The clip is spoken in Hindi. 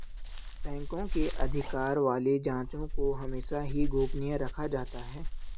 बैंकों के अधिकार वाली जांचों को हमेशा ही गोपनीय रखा जाता है